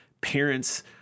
Parents